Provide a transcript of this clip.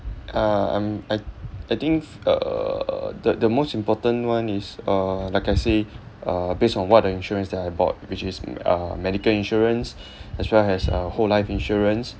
uh um I I think uh the the most important one is uh like I say uh based on what the insurance that I bought which is mm uh medical insurance as well as a whole life insurance